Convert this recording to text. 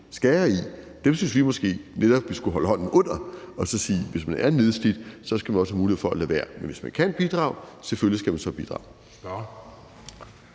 skære i – synes vi netop vi skulle holde hånden under, altså sige, at hvis man er nedslidt, skal man også have mulighed for at lade være. Men hvis man kan bidrage, skal man selvfølgelig bidrage.